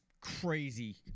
crazy